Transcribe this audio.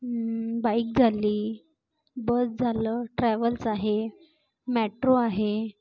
bike झाली bus झालं travels आहे मॅट्रो आहे